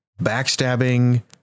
backstabbing